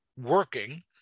working